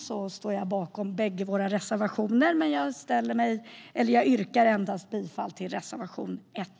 Jag står bakom båda våra reservationer men yrkar endast bifall till reservation 1.